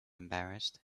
embarrassed